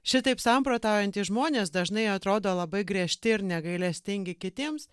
šitaip samprotaujantys žmonės dažnai atrodo labai griežti ir negailestingi kitiems